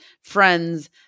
friends